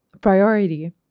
priority